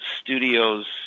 studios